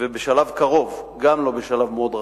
ובשלב קרוב, לא בשלב מאוד רחוק,